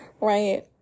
right